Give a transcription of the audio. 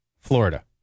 Florida